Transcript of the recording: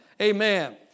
Amen